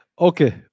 Okay